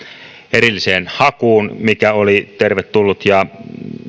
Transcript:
erilliseen hakuun mikä oli tervetullut ja